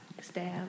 Stab